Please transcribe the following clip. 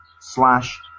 slash